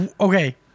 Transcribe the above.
Okay